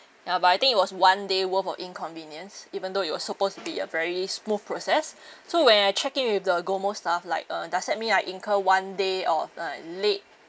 ya but I think it was one day worth of inconvenience even though it was supposed to be a very smooth process so when I checked in with the GOMO staff like uh does that mean I incur one day or like late